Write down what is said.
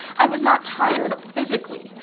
i was not tired physically,